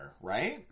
right